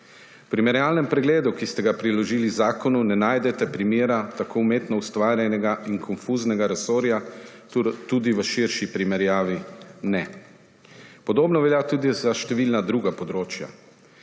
V primerjalnem pregledu, ki ste ga priložili zakonu, ne najdete primera tako umetno ustvarjenega in konfuznega resorja, tudi v širši primerjavi ne. Podobno velja tudi za številna druga področja.